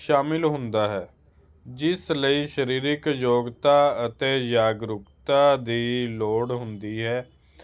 ਸ਼ਾਮਿਲ ਹੁੰਦਾ ਹੈ ਜਿਸ ਲਈ ਸਰੀਰਕ ਯੋਗਤਾ ਅਤੇ ਜਾਗਰੂਕਤਾ ਦੀ ਲੋੜ ਹੁੰਦੀ ਹੈ